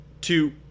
two